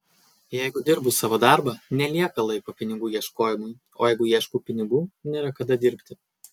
jeigu dirbu savo darbą nelieka laiko pinigų ieškojimui o jeigu ieškau pinigų nėra kada dirbti